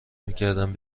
میکردم